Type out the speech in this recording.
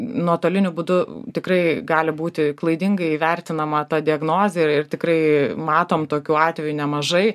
nuotoliniu būdu tikrai gali būti klaidingai įvertinama ta diagnozė ir ir tikrai matom tokių atvejų nemažai